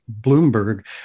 Bloomberg